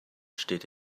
steht